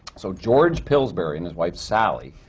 so george pillsbury and his wife sally,